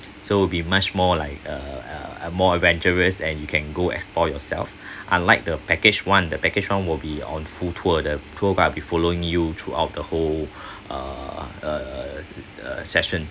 so will be much more like uh uh uh more adventurous and you can go explore yourself unlike the package one the package one will be on full tour the tour guide will be following you throughout the whole uh uh uh session